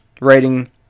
writing